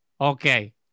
Okay